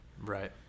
Right